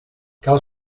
cal